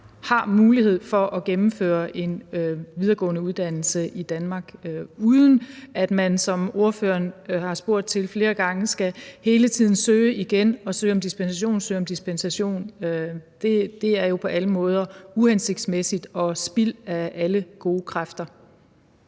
har mulighed for at gennemføre en videregående uddannelse i Danmark, uden at man, som ordføreren har spurgt til flere gange, hele tiden skal søge igen og søge om dispensation og søge om dispensation. Det er jo på alle måder uhensigtsmæssigt og spild af alle gode kræfter.